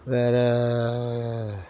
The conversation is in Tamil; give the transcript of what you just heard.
வேற